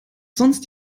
sonst